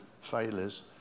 failures